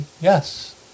Yes